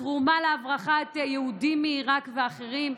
התרומה להברחת יהודים מעיראק ואחרים,